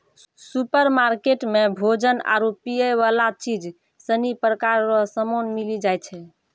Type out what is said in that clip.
supermarket मे भोजन आरु पीयवला चीज सनी प्रकार रो समान मिली जाय छै